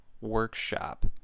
workshop